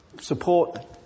support